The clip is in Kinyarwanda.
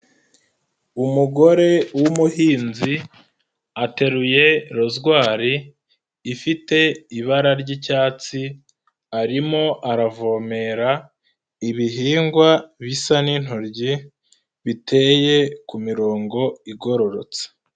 Umugore w'umuhinzi ateruye rozwari ifite ibara ry'icyatsi, arimo aravomera ibihingwa bisa n'intoryi biteye ku mirongo igororotse.